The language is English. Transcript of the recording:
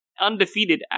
Undefeated